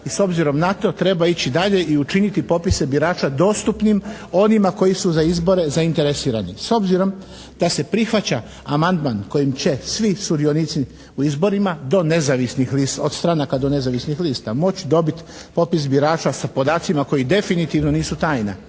i s obzirom na to treba ići dalje i učiniti popise birača dostupnim onima koji su za izbore zainteresirani. S obzirom da se prihvaća amandman kojim će svi sudionici u izborima od stranaka do nezavisnih lista moći dobiti popis birača s podacima koji definitivno nisu tajna,